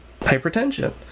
hypertension